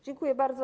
Dziękuję bardzo.